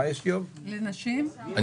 כן.